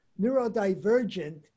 neurodivergent